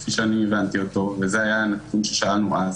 כפי שאני הבנתי אותו וזה היה הנתון ששאלנו אז,